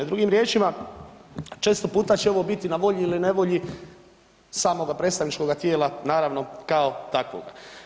Drugim riječima, često puta će ovo biti na volji ili nevolji samoga predstavničkoga tijela naravno kao takvoga.